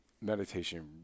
meditation